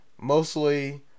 Mostly